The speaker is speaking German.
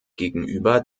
gegenüber